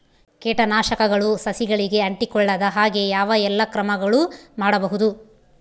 ಕೇಟನಾಶಕಗಳು ಸಸಿಗಳಿಗೆ ಅಂಟಿಕೊಳ್ಳದ ಹಾಗೆ ಯಾವ ಎಲ್ಲಾ ಕ್ರಮಗಳು ಮಾಡಬಹುದು?